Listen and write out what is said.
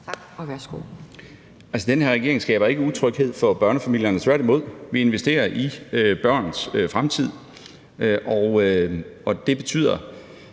Tak, og værsgo.